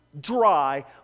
dry